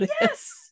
Yes